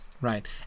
right